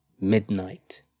midnight